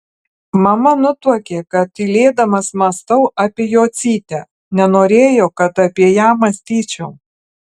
mama nutuokė kad tylėdamas mąstau apie jocytę nenorėjo kad apie ją mąstyčiau